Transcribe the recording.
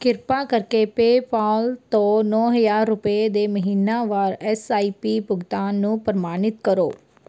ਕਿਰਪਾ ਕਰਕੇ ਪੇਪਉਲ ਤੋਂ ਨੌਂ ਹਜ਼ਾਰ ਰੁਪਏ ਦੇ ਮਹੀਨਾਵਾਰ ਐਸ ਆਈ ਪੀ ਭੁਗਤਾਨ ਨੂੰ ਪ੍ਰਮਾਨਿਤ ਕਰੋ